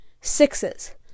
sixes